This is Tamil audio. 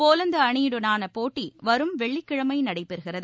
போலந்துஅணியுடனானபோட்டிவரும் வெள்ளிக்கிழமைநடைபெறுகிறது